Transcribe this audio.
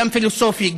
גם פילוסופי,